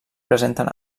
presenten